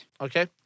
Okay